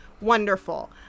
wonderful